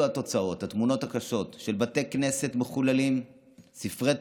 חבר הכנסת אוריאל בוסו, בבקשה.